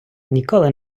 ніколи